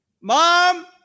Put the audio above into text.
Mom